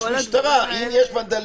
בשביל זה יש משטרה, אם יש ונדליזם.